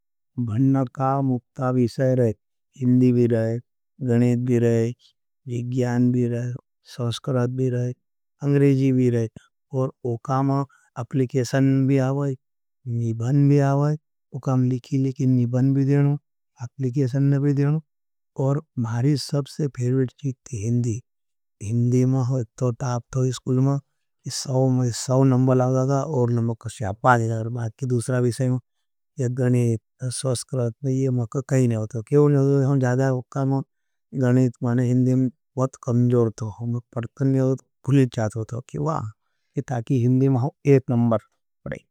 भन्न का मुप्ता विशाय रहे, हिंदी भी रहे, गनेद भी रहे, विज्ञान भी रहे। सवस्क्रात भी रहे, अंग्रेजी भी रहे, और उकामा अप्लिकेशन भी आवाई, निबन भी आवाई। उकाम लिकी लिकी निबन भी देनों, अप्लिकेशन ले भी देनों, और मारी स सबसे फेरिवेट चीज़ थी। हिंदी, हिंदी माहो इत्तो टाप थो, इसकुल मा, इस साओ, मारी साओ नमबल आवाई जाता था। और नमबल कश्यापाद जाता था, बाग कि दूसरा विशाय मा, यह गनेद, सवस्क्रात में, यह माका कही नहीं होता। क्यों नहीं होता, हम ज खुले जातो थो, कि वाह, इता की हिंदी माहो एप नमबल पड़ाईं।